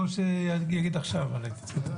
אז שיגיד עכשיו על התייצבות הנהגים,